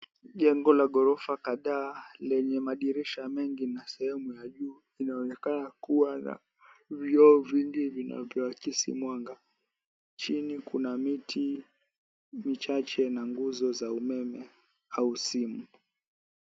Jengo la ghorofa kadhaa lenye madirisha mengi na sehemu ya juu inaonekana kuwa na vioo vingi vinavyoakisi mwanga. Chini kuna miti michache na nguzo za umeme au simu.